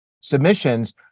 submissions